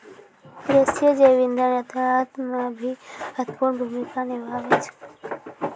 गैसीय जैव इंधन यातायात म भी महत्वपूर्ण भूमिका निभावै छै